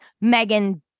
Megan